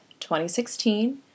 2016